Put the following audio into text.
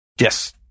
Yes